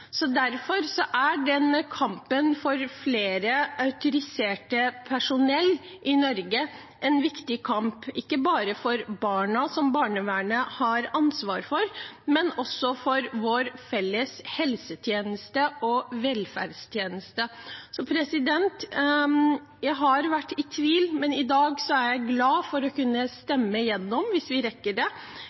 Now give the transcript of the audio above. barna som barnevernet har ansvar for, men også for vår felles helsetjeneste og velferdstjeneste. Jeg har vært i tvil, men i dag er jeg glad for å kunne stemme igjennom – hvis vi rekker det